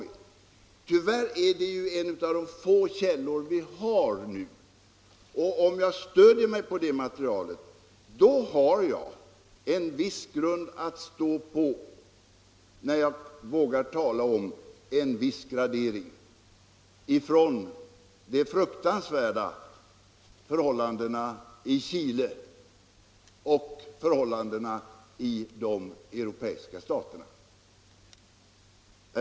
Tyvärr har vi inte många andra källor. Om jag stödjer mig på det materialet har jag en viss grund att stå på när jag vågar tala om en gradering från de fruktansvärda förhållandena i Chile till förhållandena i de europeiska staterna.